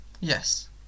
Yes